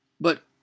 But